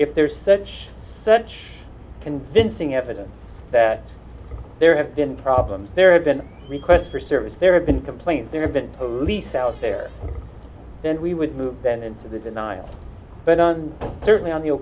if there is such such convincing evidence that there have been problems there have been requests for service there have been complaints there have been police out there then we would move then into the denial but on certainly on